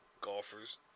golfers